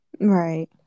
Right